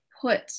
put